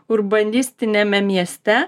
urbanistiniame mieste